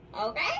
Okay